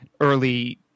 early